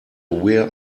wear